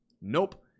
Nope